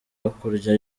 hakurya